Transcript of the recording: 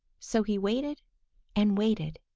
so he waited and waited,